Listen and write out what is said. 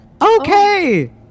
Okay